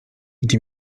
gdzie